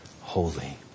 holy